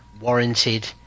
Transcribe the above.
warranted